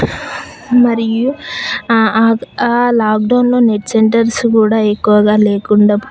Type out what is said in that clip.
మరియు ఆ ఆ లాక్డౌన్లో నెట్ సెంటర్స్ కూడా ఎక్కువగా లేకుండా